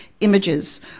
images